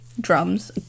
drums